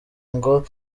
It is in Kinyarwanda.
ngo